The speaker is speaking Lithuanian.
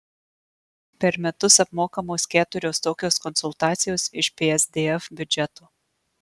per metus apmokamos keturios tokios konsultacijos iš psdf biudžeto